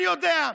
אני יודע,